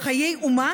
חיי אומה